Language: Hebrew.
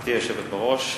גברתי היושבת בראש,